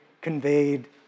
conveyed